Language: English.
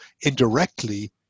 indirectly